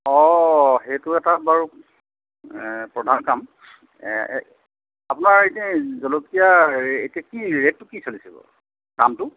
অঁ সেইটো এটা বাৰু প্ৰধান কাম আপোনাৰ এতিয়া জলকীয়া হেৰি এতিয়া কি ৰেটটো কি চলিছে বাৰু দামটো